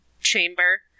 chamber